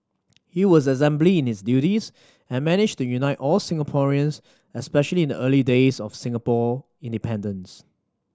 he was exemplary in his duties and managed to unite all Singaporeans especially in the early days of Singapore independence